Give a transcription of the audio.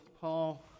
Paul